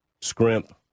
scrimp